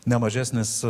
ne mažesnis